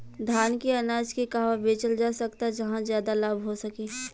धान के अनाज के कहवा बेचल जा सकता जहाँ ज्यादा लाभ हो सके?